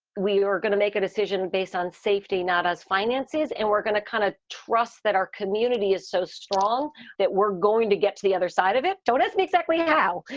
we are going to make a decision based on safety, not us finances. and we're going to kind of trust that our community is so strong that we're going to get to the other side of it. don't ask me exactly how,